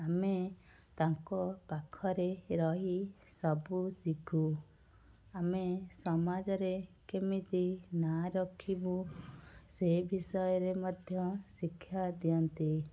ଆମେ ତାଙ୍କ ପାଖରେ ରହି ସବୁ ଶିଖୁ ଆମେ ସମାଜରେ କେମିତି ନାଁ ରଖିବୁ ସେ ବିଷୟରେ ମଧ୍ୟ ଶିକ୍ଷା ଦିଅନ୍ତି